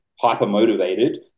hyper-motivated